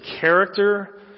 Character